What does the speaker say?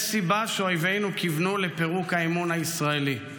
יש סיבה שאויבינו כיוונו לפירוק האמון הישראלי.